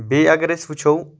بیٚیہِ اَگر أسۍ وٕچھو